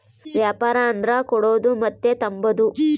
ವ್ಯಾಪಾರ ಅಂದರ ಕೊಡೋದು ಮತ್ತೆ ತಾಂಬದು